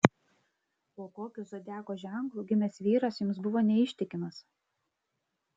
po kokiu zodiako ženklu gimęs vyras jums buvo neištikimas